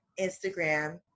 Instagram